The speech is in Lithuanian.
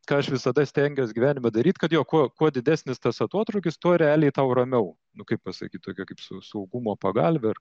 ką aš visada stengiuos gyvenime daryti kad kuo kuo didesnis tas atotrūkis tuo realiai tau ramiau nu kaip pasakyt tokia kaip su saugumo pagalve ir